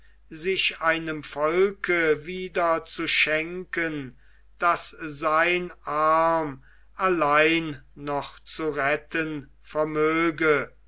sich einem volke wiederzuschenken das sein arm allein noch zu retten vermöge